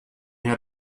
had